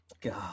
God